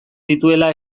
dituela